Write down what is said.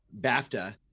BAFTA